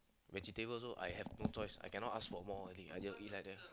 vegetable also I have no choice I cannot ask for more already I just eat lah then